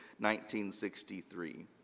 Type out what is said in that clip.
1963